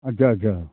अच्छा अच्छा